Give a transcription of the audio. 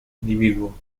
individuo